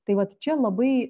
tai vat čia labai